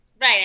Right